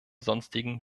sonstigen